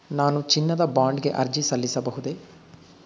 ನಾನು ಚಿನ್ನದ ಬಾಂಡ್ ಗೆ ಅರ್ಜಿ ಸಲ್ಲಿಸಬಹುದೇ?